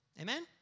Amen